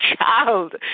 child